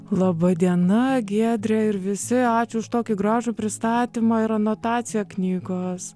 laba diena giedre ir visi ačiū už tokį gražų pristatymą ir anotaciją knygos